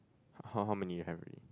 how how how many you have already